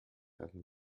haben